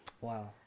Wow